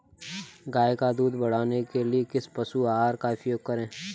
गाय का दूध बढ़ाने के लिए किस पशु आहार का उपयोग करें?